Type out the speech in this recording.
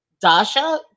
Dasha